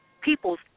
people's